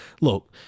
Look